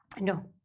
no